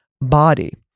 body